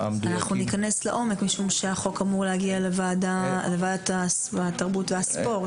אנחנו ניכנס לעומק משום שהחוק אמור להגיע לוועדת התרבות והספורט.